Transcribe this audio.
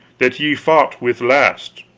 that ye fought with last,